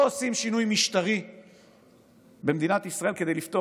לא עושים שינוי משטרי במדינת ישראל כדי לפתור